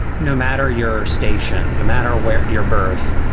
no matter your station, no matter where your birth,